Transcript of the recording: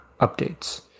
updates